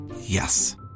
Yes